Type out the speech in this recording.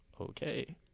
okay